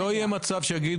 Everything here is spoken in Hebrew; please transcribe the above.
האם לא יהיה מצב שיגידו,